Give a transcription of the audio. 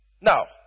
Now